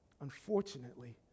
unfortunately